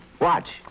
Watch